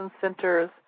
centers